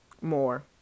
more